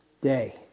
day